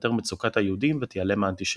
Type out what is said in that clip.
תיפתר מצוקת היהודים ותיעלם האנטישמיות.